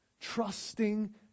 Trusting